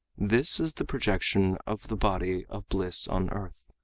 this is the projection of the body of bliss on earth.